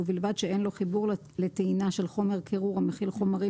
ובלבד שאין לו חיבור לטעינה של חומר קירור המכיל חומרים